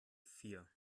vier